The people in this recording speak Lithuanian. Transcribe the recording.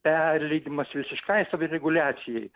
perleidimas visiškai savireguliacijai